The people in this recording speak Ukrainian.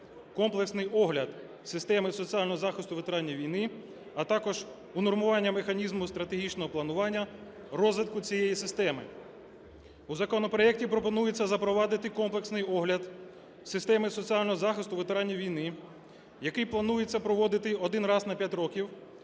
"комплексний огляд системи соціального захисту ветеранів війни", а також унормування механізму стратегічного планування розвитку цієї системи. У законопроекті пропонується запровадити комплексний огляд системи соціального захисту ветеранів війни, який планується проводити один раз на п'ять років